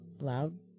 loud